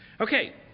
Okay